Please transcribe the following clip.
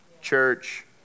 church